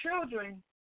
children